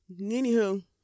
Anywho